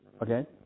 Okay